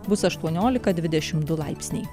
bus aštuoniolika dvidešimt du laipsniai